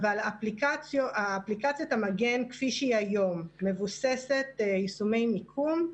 אבל אפליקציית המגן כפי שהיא היום מבוססת יישומי מיקום,